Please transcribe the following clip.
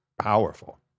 powerful